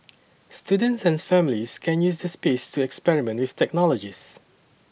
students and families can use the space to experiment with technologies